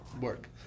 work